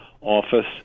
office